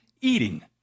eating